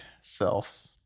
self